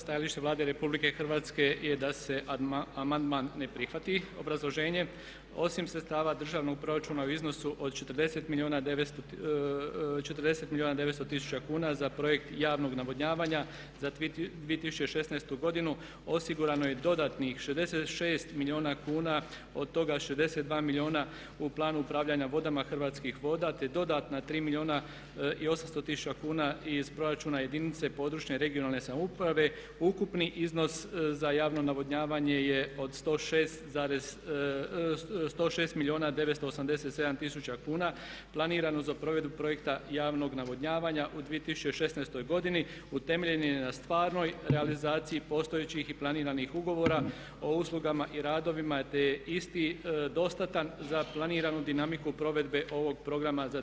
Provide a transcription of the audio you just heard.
Stajalište Vlada Republike Hrvatske je da se amandman ne prihvati obrazloženjem osim sredstava državnog proračuna u iznosu od 40 milijuna 900 tisuća kuna za projekt javnog navodnjavanja za 2016. godinu osigurano je dodatnih 66 milijuna kuna, od toga 62 milijuna u Planu upravljanja vodama Hrvatskih voda, te dodatna 3 milijuna i 800 tisuća kuna iz proračuna jedinice područne (regionalne) samouprave ukupni iznos za javno navodnjavanje je od 106 milijuna 987 tisuća kuna planiranu za provedbu projekta javnog navodnjavanja u 2016. godini utemeljen je na stvarnoj realizaciji postojećih i planiranih ugovora o uslugama i radovima, te je isti dostatan za planiranu dinamiku provedbe ovog programa za 2016. godinu.